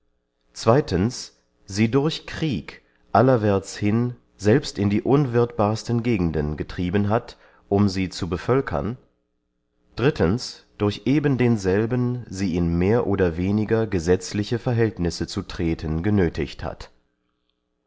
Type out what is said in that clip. sie durch krieg allerwärts hin selbst in die unwirthbarste gegenden getrieben hat um sie zu bevölkern drittens durch eben denselben sie in mehr oder weniger gesetzliche verhältnisse zu treten genöthigt hat